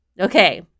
okay